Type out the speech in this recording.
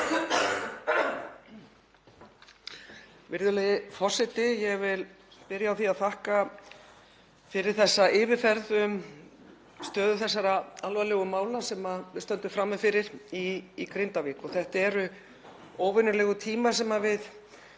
Virðulegi forseti. Ég vil byrja á því að þakka fyrir þessa yfirferð um stöðu þeirra alvarlegu mála sem við stöndum frammi fyrir í Grindavík og þetta eru óvenjulegir tímar sem við